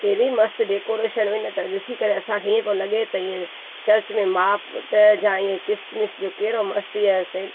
कहिड़ी मस्तु डेकोरेशन हुई न त ॾिसी करे असांखे ईअं पियो लॻे त ईअं चर्च में मां पुट जां ईअं किसमिस जो कहिड़ो मस्तु इहा स